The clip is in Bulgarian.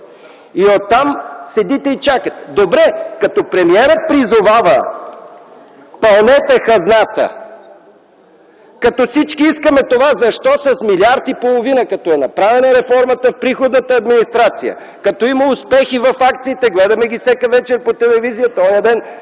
Оттам седите и чакате. Добре, като премиерът призовава: „Пълнете хазната!”, като всички искаме това, защо с 1,5 млрд. като е направена реформата в приходната администрация, като има успехи в акциите, гледаме ги всяка вечер по телевизията? Онзи ден